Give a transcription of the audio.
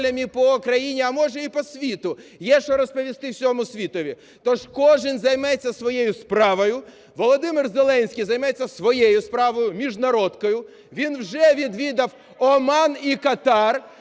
по країні, а може й по світу, є що розповісти всьому світові. Тож кожен займеться своєю справою. Володимир Зеленський займеться своєю справою – міжнародкою. Він вже відвідав Оман і Катар.